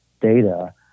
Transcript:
data